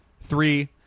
Three